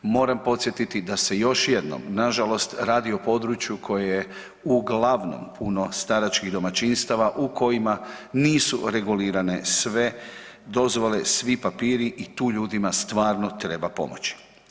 Moram podsjetiti da se još jednom nažalost radi o području koje je uglavnom puno staračkih domaćinstava u kojima nisu regulirane sve dozvole, svi papiri i tu ljudima stvarno treba pomoći.